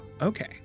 Okay